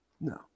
No